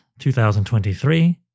2023